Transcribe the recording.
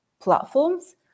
platforms